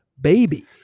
baby